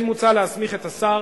כן מוצע להסמיך את השר